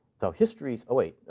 so history is oh, wait. ah,